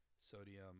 sodium